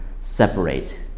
separate